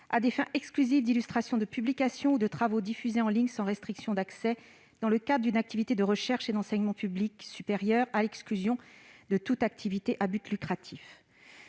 à des fins exclusives d'illustration de publications, ou de travaux, diffusés en ligne sans restriction d'accès, dans le cadre d'une activité de recherche et d'enseignement supérieur publics, à l'exclusion de toute activité à but lucratif.